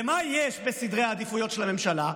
למה יש, בסדרי העדיפויות של הממשלה?